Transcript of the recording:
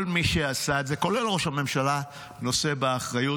כל מי שעשה, כולל ראש הממשלה, נושא באחריות.